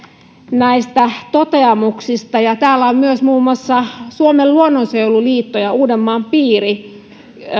näistä toteamuksista täällä on myös muun muassa suomen luonnonsuojeluliiton uudenmaan piiri